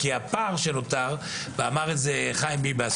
כי הפער שנוצר ואמר את זה חיים ביבס,